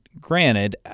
granted